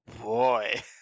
boy